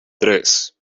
tres